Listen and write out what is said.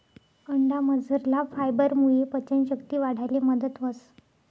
अंडामझरला फायबरमुये पचन शक्ती वाढाले मदत व्हस